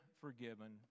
forgiven